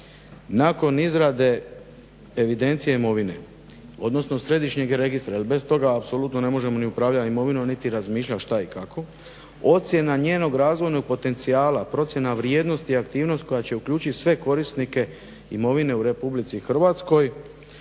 nakon izrade evidencije imovine, odnosno središnjeg registra, jer bez toga apsolutno ne možemo ni upravljat imovinom, niti razmišljat šta i kako ocjena njenog razvojnog potencijala, procjena vrijednosti i aktivnost koja će uključit sve korisnike imovine u Republici Hrvatskoj,